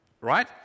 Right